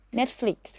netflix